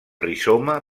rizoma